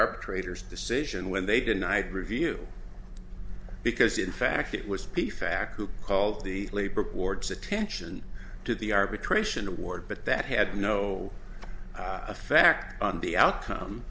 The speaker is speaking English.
arbitrator's decision when they denied review because in fact it was the fact who called the labor board's attention to the arbitration award but that had no effect on the outcome